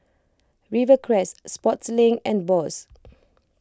Rivercrest Sportslink and Bose